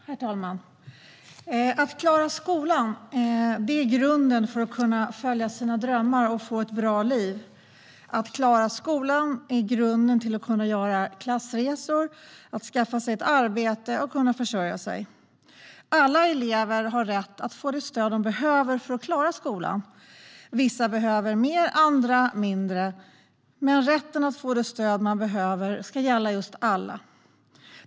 Herr talman! Att klara skolan är grunden för att kunna följa sina drömmar och få ett bra liv. Att klara skolan är grunden för att kunna göra klassresor, skaffa sig ett arbete och kunna försörja sig. Alla elever har rätt att få det stöd som de behöver för att klara skolan. Vissa behöver mer, andra mindre. Men rätten att få det stöd man behöver ska gälla alla.